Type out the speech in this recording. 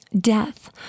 Death